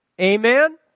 Amen